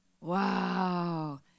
Wow